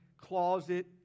closet